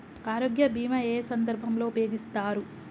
ఆరోగ్య బీమా ఏ ఏ సందర్భంలో ఉపయోగిస్తారు?